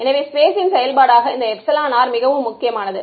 எனவே ஸ்பேஸின் செயல்பாடாக இந்த எப்சிலன் r மிகவும் முக்கியமானது